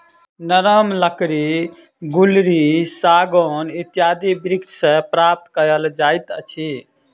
नरम लकड़ी गुल्लरि, सागौन इत्यादि वृक्ष सॅ प्राप्त कयल जाइत अछि